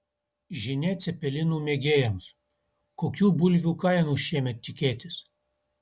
žinia cepelinų mėgėjams kokių bulvių kainų šiemet tikėtis